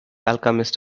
alchemist